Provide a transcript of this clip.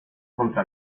contra